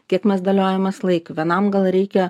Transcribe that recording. kiek mes dėliojamės laiką vienam gal reikia